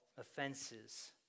offenses